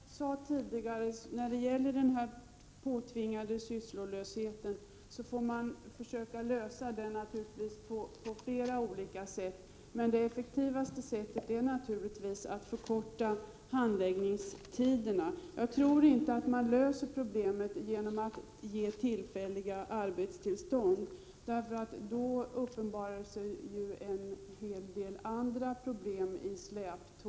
Herr talman! Som jag sade tidigare får man försöka komma till rätta med denna påtvingade sysslolöshet på flera olika sätt, men det effektivaste är naturligtvis att förkorta handläggningstiderna. Jag tror inte att man löser problemet genom att ge tillfälliga arbetstillstånd. Då kommer ju en hel del andra problem i släptåg.